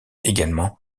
également